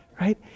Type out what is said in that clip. right